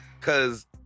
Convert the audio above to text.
Cause